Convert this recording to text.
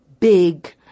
big